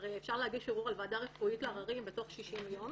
אפשר הרי להגיש ערעור על ועדה רפואית לעררים בתוך 60 יום